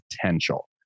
potential